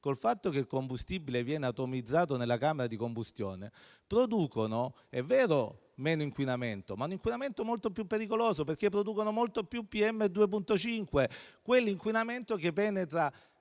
il fatto che il combustibile viene atomizzato nella camera di combustione, producono meno inquinamento, ma si tratta di un inquinamento molto più pericoloso, perché producono molto più PM 2,5, quindi è un inquinamento che penetra